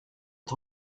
ton